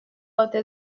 ote